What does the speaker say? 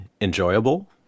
enjoyable